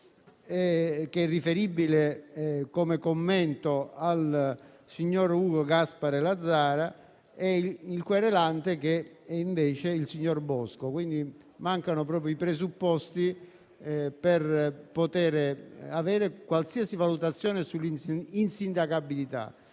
che è riferibile come commento al signor Ugo Gaspare Lazzara, e il querelante, che è invece il signor Bosco. Mancano quindi mancano proprio i presupposti per qualsiasi valutazione sull'insindacabilità.